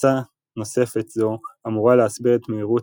מסה נוספת זו אמורה להסביר את מהירות